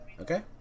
Okay